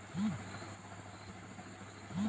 angora angora ऊनेर sweater ठंडा तने सबसे अच्छा हछे